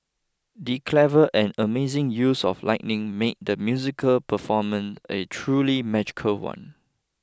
the clever and amazing use of lighting made the musical performance a truly magical one